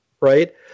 right